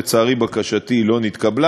לצערי, בקשתי לא נתקבלה.